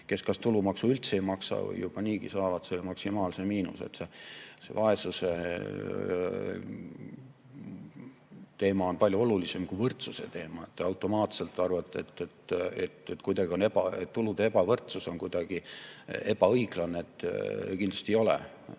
kes kas tulumaksu üldse ei maksa või juba niigi maksavad selle maksimaalse miinimumi. Vaesuse teema on palju olulisem kui võrdsuse teema. Te automaatselt arvate, et tulude ebavõrdsus on kuidagi ebaõiglane. Kindlasti ei ole.